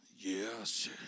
Yes